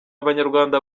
abanyarwanda